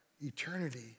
eternity